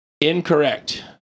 Incorrect